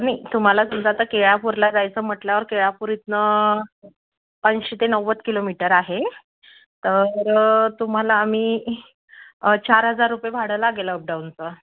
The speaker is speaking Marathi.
नाही तुम्हाला समजा आता केळापूरला जायचं म्हटल्यावर केळापूर इथून ऐंशी ते नव्वद किलोमीटर आहे तर तुम्हाला आम्ही चार हजार रुपये भाडं लागेल अपडाउनचं